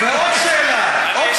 ועוד שאלה.